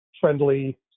friendly